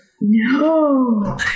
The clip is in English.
No